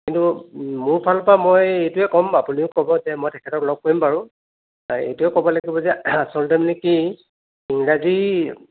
কিন্তু মোৰ ফালৰ পৰা মই এইটোৱে ক'ম আপুনিও ক'ব যে মই তেখেতক লগ কৰিম বাৰু এইটোৱে ক'ব লাগিব যে আচলতে মানে কি ইংৰাজী